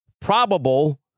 probable